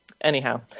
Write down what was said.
anyhow